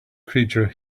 creature